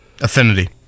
affinity